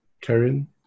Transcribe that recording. karen